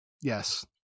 Yes